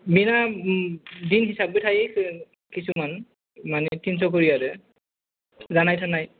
बेनो दिन हिसाबबो थायो खिसुमान माने थिनस' खरि आरो जानाय थानाय